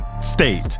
State